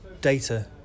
data